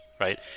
right